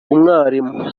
umwarimu